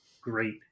great